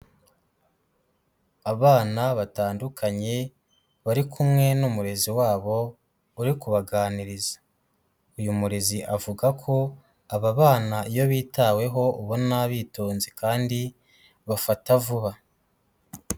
Abana batandukanye bari kumwe n'umurezi wabo uri kubaganiriza. Uyu murezi avuga ko aba bana iyo bitaweho ubona bitonze kandi bafata vuba.